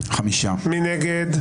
מי נגד?